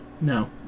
No